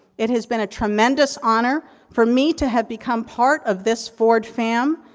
it has been a tremendous honor for me to have become part of this ford fam,